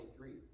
23